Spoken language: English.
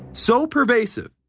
so pervasive,